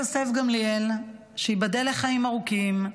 יוסף גמליאל, שייבדל לחיים ארוכים,